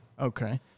Okay